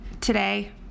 today